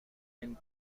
and